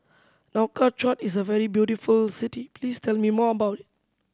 Nouakchott is a very beautiful city please tell me more about it